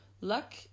luck